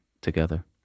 together